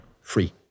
free